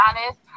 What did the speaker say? honest